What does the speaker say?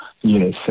yes